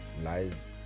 lies